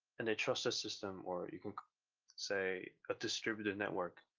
and a trustless system, or you can say a distributed network,